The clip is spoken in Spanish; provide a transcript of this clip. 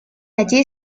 allí